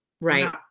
right